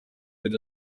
bid